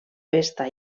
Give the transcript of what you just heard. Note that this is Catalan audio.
festa